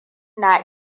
na